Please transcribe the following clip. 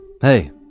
Hey